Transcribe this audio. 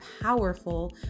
powerful